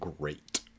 Great